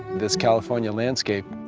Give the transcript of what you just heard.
this california landscape,